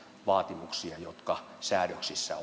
vaatimuksia jotka säädöksissä